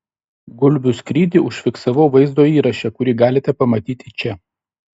gulbių skrydį užfiksavau vaizdo įraše kurį galite pamatyti čia